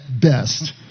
best